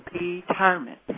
retirement